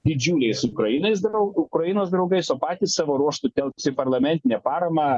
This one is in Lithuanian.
didžiuliais ukrainos draug ukrainos draugais o patys savo ruožtu telks į parlamentinę paramą